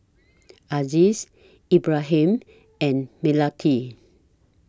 Aziz Ibrahim and Melati